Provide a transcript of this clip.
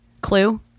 clue